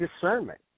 discernment